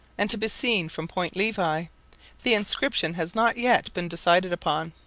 and to be seen from point levi the inscription has not yet been decided upon.